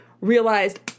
realized